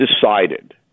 decided